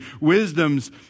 Wisdom's